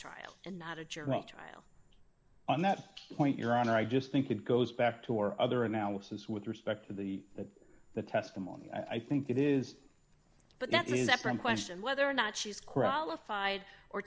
trial and not a jury trial on that point your honor i just think it goes back to your other analysis with respect to the the testimony i think it is but that means that from question whether or not she's qualified or